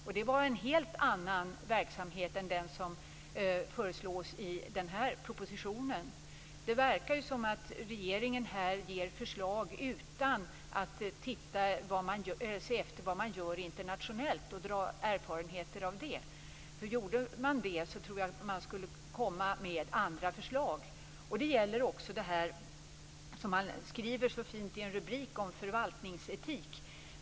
Där hade man en helt annan verksamhet än den som föreslås i denna proposition. Det verkar som om regeringen väcker förslag utan att se efter vad man gör internationellt och dra erfarenheter av det. Om regeringen gjorde det tror jag att den skulle överlämna andra förslag. Detsamma gäller det som man skriver så fint under rubriken Förvaltningsetik.